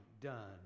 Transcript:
done